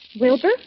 Wilbur